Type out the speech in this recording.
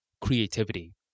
Creativity